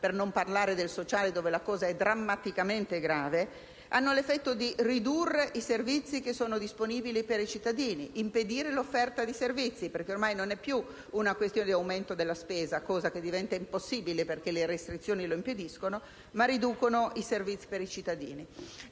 per non parlare del sociale dove la situazione è drammaticamente grave, hanno l'effetto di ridurre i servizi disponibili per i cittadini e impedirne l'offerta. Ormai non è più una questione di aumento della spesa, che diventa impossibile perché le restrizioni lo impediscono, ma di riduzione dei servizi per i cittadini.